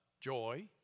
joy